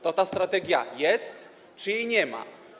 To ta strategia jest, czy jej nie ma?